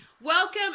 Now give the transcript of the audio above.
Welcome